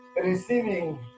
receiving